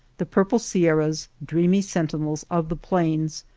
the purple sierras, dreamy sentinels of the plains,